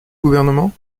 gouvernement